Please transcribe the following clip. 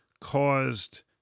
caused